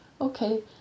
okay